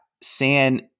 San